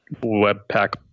Webpack